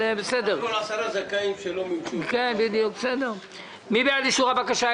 מי בעד אישור הבקשה?